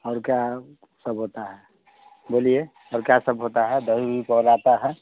और क्या सब होता है बोलिए और क्या सब होता है दही उही पौड़ाता है